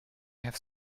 have